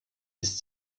ist